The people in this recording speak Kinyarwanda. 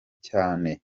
cyane